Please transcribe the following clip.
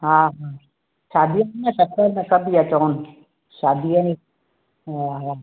हा शादीअ में तकड़ि न कॿी आहे चओ न शादीअ में हा हा